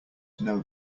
know